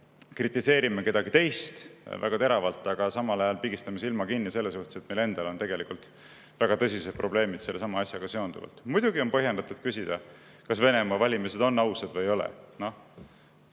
me kritiseerime kedagi teist väga teravalt, aga samal ajal pigistame silma kinni selle suhtes, et meil endal on väga tõsised probleemid sellesama asjaga seonduvalt. Muidugi on põhjendatud küsida, kas Venemaa valimised on ausad või ei ole.